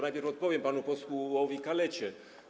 Najpierw odpowiem panu posłowi Kalecie.